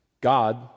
God